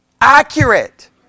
accurate